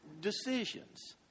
decisions